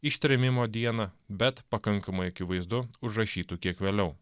ištrėmimo dieną bet pakankamai akivaizdu užrašytų kiek vėliau